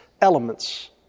elements